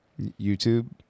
YouTube